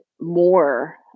more